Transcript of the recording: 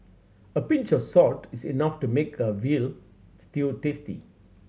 a pinch of salt is enough to make a veal stew tasty